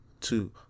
two